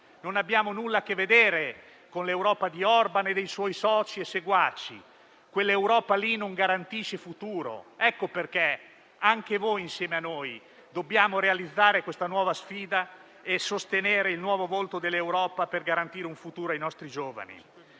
Non abbiamo nulla a che vedere con l'Europa di Orban e dei suoi soci e seguaci; quell'Europa non garantisce futuro. Per queste ragioni, insieme a voi, dobbiamo realizzare questa nuova sfida e sostenere il nuovo volto dell'Europa per garantire un futuro ai nostri giovani.